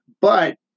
But-